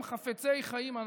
אם חפצי חיים אנחנו.